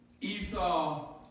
Esau